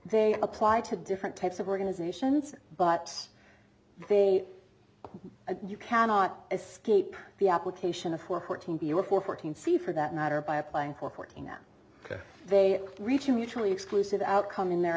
they apply to different types of organizations but they you cannot escape the application of for fourteen b or fourteen c for that matter by applying for fourteen that they reach a mutually exclusive outcome in their